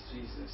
Jesus